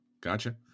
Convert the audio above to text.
gotcha